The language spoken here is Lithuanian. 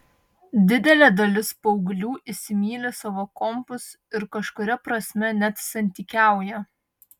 didelė dalis paauglių įsimyli savo kompus ir kažkuria prasme net santykiauja